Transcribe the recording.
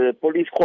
police